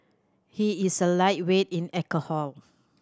he is a lightweight in alcohol